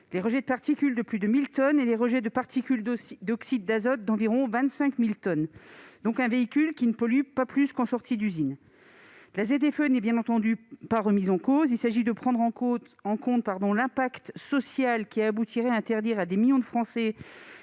les rejets de particules de plus de 1 000 tonnes et les rejets de particules d'oxyde d'azote d'environ 25 000 tonnes. Au total, le véhicule ne pollue pas plus qu'en sortie d'usine. La ZFE n'est bien entendu pas remise en cause. Il s'agit de prendre en compte l'effet social d'une mesure qui aboutirait à interdire à des millions de Français